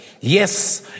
Yes